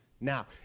now